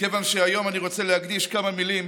ומכיוון שהיום, אני רוצה להקדיש כמה מילים